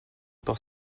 par